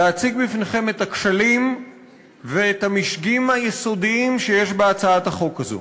את הכשלים ואת המשגים היסודיים שיש בהצעת החוק הזאת.